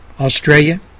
Australia